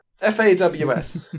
F-A-W-S